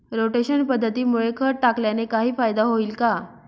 Rotation पद्धतीमुळे खत टाकल्याने काही फायदा होईल का?